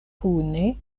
kune